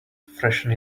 freshen